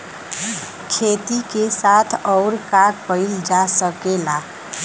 खेती के साथ अउर का कइल जा सकेला?